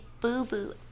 boo-boo